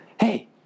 Hey